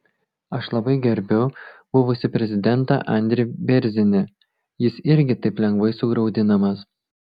aš labai gerbiu buvusį prezidentą andrį bėrzinį jis irgi taip lengvai sugraudinamas